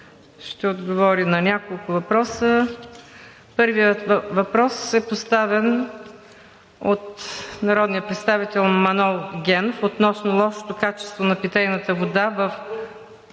ще отговори на няколко въпроса. Първият въпрос е поставен от народния представител Манол Генов относно лошото качество на питейната вода във